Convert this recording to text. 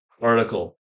article